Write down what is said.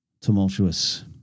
tumultuous